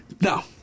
Now